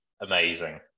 amazing